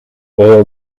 oil